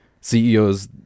CEOs